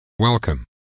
Welcome